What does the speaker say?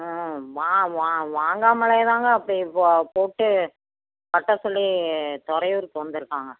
ஆ வா வா வாங்காமலேதாங்க அப்படியே போ போட்டு பக்கத்தில் துறையூருக்கு வந்திருக்காங்க